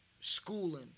schooling